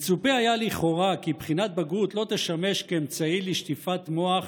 מצופה היה לכאורה כי בחינת בגרות לא תשמש כאמצעי לשטיפת מוח